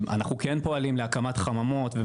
אנחנו כן פועלים להקמת חממות.